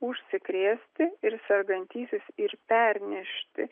užsikrėsti ir sergantysis ir pernešti